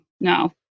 no